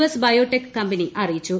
S biotech കമ്പനി അറിയിച്ചു